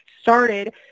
started